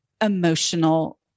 emotional